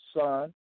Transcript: son